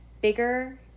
bigger